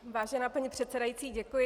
Vážená paní předsedající, děkuji.